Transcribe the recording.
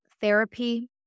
therapy